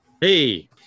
Hey